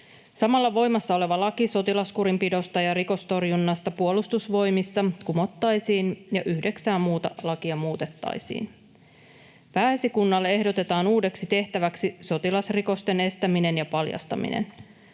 Samalla voimassa oleva laki sotilaskurinpidosta ja rikostorjunnasta Puolustusvoimissa kumottaisiin ja yhdeksää muuta lakia muutettaisiin. Pääesikunnalle ehdotetaan uudeksi tehtäväksi sotilasrikosten estäminen ja paljastaminen.